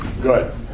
Good